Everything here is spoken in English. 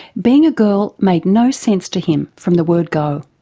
being a girl made no sense to him from the word go.